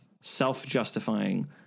self-justifying